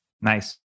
Nice